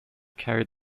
carried